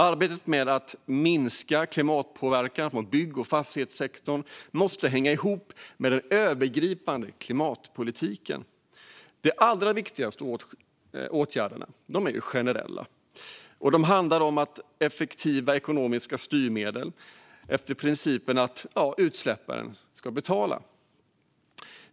Arbetet med att minska klimatpåverkan från bygg och fastighetssektorn måste hänga ihop med den övergripande klimatpolitiken. De allra viktigaste åtgärderna är generella, och de handlar om effektiva ekonomiska styrmedel utifrån principen om att utsläpparen ska betala.